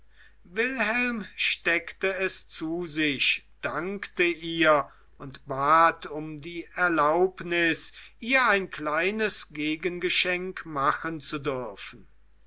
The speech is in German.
wilhelm steckte es zu sich dankte ihr und bat um die erlaubnis ihr ein kleines gegengeschenk machen zu dürfen